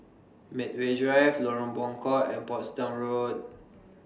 Medway Drive Lorong Buangkok and Portsdown Road